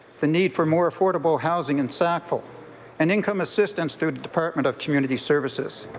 the need for more affordabler housing in sackville and income assistance through department of community services.